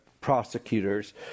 prosecutors